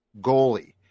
goalie